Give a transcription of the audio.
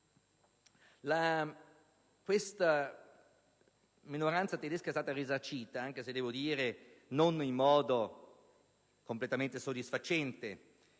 Questa minoranza tedesca è stata risarcita, anche se a dire la verità non in modo completamente soddisfacente,